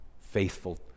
faithful